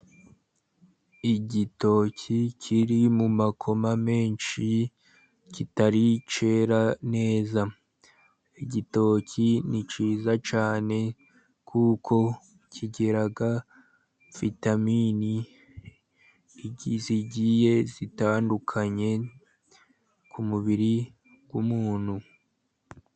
Igitoki kiri mu makoma menshi kitari cyera neza. Igitoki ni cyiza cyane, kuko kigira vitamini zigiye zitandukanye ku mubiri w'umuntu.